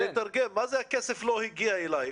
מה זה "הכסף לא הגיע אליי"?